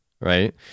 right